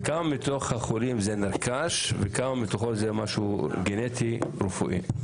כמה מתוך החולים זה נרכש וכמה מתוכם זה משהו גנטי רפואי?